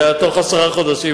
הוא יענה תוך עשרה חודשים.